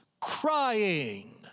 Crying